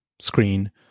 screen